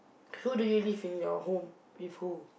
who do you live in your home with who